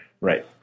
Right